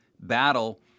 battle